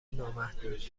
نامحدود